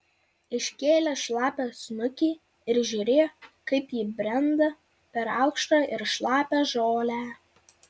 iškėlė šlapią snukį ir žiūrėjo kaip ji brenda per aukštą ir šlapią žolę